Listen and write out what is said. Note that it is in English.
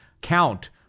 count